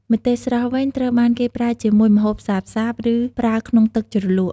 ម្ទេសស្រស់វិញត្រូវបានប្រើជាមួយម្ហូបសាបៗ ឬប្រើក្នុងទឹកជ្រលក់។